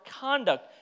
conduct